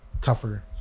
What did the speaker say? tougher